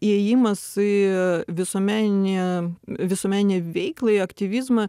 įėjimas į visuomeninį visuomeninę veiklą į aktyvizmą